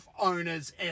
owner's